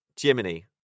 Jiminy